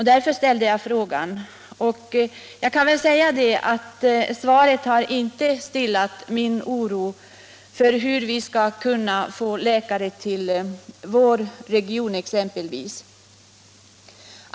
Därför ställde jag frågan. Svaret har inte stillat min oro för hur vi skall kunna få läkare till vår region exempelvis.